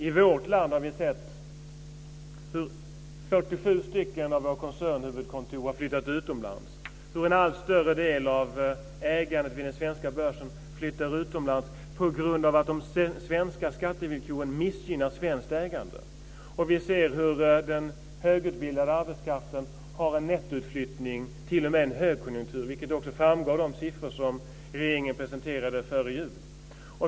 I vårt land har vi sett hur 47 stycken av våra koncernhuvudkontor har flyttat utomlands och hur en allt större del av ägandet vid den svenska börsen flyttar utomlands på grund av att de svenska skattevillkoren missgynnar svenskt ägande. Vi ser hur den högutbildade arbetskraften har en nettoutflyttning t.o.m. i en högkonjunktur, vilket också framgår av de siffror som regeringen presenterade före jul.